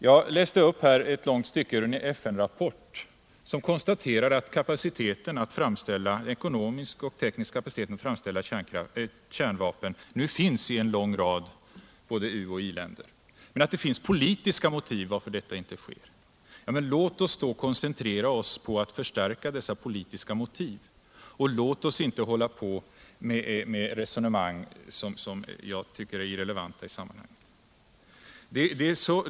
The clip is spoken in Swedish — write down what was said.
Jag läste upp ett långt stycke ur en FN-rapport som konstaterar att den ekonomiska och tekniska kapaciteten att framställa kärnvapen nu finns i en lång rad både u-länder och i-länder men att det finns politiska motiv till att detta inte sker. Men låt oss då koncentrera oss på att förstärka dessa politiska motiv, och låt oss slippa resonemang som jag tycker är irrelevanta i sammanhanget!